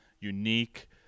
unique